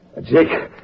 Jake